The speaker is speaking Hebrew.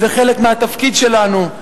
זה חלק מהתפקיד שלנו.